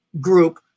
group